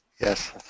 yes